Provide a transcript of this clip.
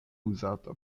uzata